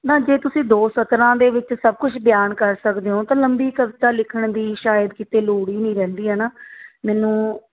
ਨਾ ਜੇ ਤੁਸੀਂ ਦੋ ਸਤਰਾਂ ਦੇ ਵਿੱਚ ਸਭ ਕੁਛ ਬਿਆਨ ਕਰ ਸਕਦੇ ਹੋ ਤਾਂ ਲੰਬੀ ਕਵਿਤਾ ਲਿਖਣ ਦੀ ਸ਼ਾਇਦ ਕਿਤੇ ਲੋੜ ਹੀ ਨਹੀਂ ਰਹਿੰਦੀ ਹੈ ਨਾ ਮੈਨੂੰ